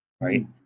right